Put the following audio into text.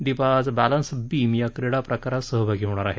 दीपा आज balance beam या क्रीडा प्रकारात सहभागी होणार आहे